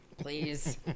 Please